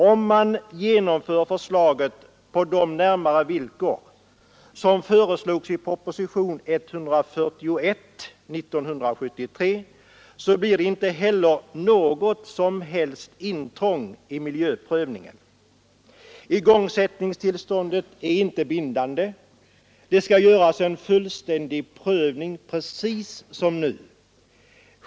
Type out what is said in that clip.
Om man genomför förslaget på de närmare villkor som föreslogs i propositionen 141 år 1973 blir det inte heller något intrång i miljöprövningen. lgångsättningstillståndet är inte bindande. Det skall göras en fullständig prövning precis som nu.